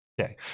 Okay